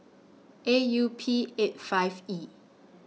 A U P eight five E